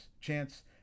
chance